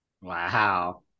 Wow